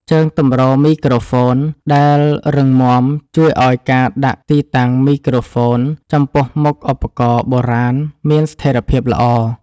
ជើងទម្រមីក្រូហ្វូន ដែលរឹងមាំ ជួយឱ្យការដាក់ទីតាំងមីក្រូហ្វូនចំពោះមុខឧបករណ៍បុរាណមានស្ថេរភាពល្អ។